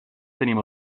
tenim